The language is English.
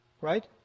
Right